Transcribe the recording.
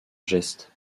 geste